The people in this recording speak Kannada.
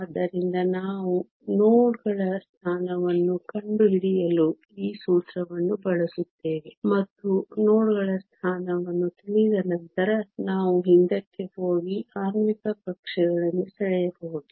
ಆದ್ದರಿಂದ ನಾವು ನೋಡ್ಗಳ ಸ್ಥಾನವನ್ನು ಕಂಡುಹಿಡಿಯಲು ಈ ಸೂತ್ರವನ್ನು ಬಳಸುತ್ತೇವೆ ಮತ್ತು ನೋಡ್ಗಳ ಸ್ಥಾನವನ್ನು ತಿಳಿದ ನಂತರ ನಾವು ಹಿಂದಕ್ಕೆ ಹೋಗಿ ಆಣ್ವಿಕ ಕಕ್ಷೆಗಳನ್ನು ಸೆಳೆಯಬಹುದು